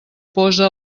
posa